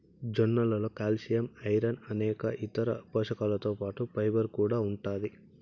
జొన్నలలో calcium, iron అనేక ఇతర పోషకాలతో పాటు ఫైబర్ కూడా ఉంటాది